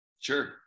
Sure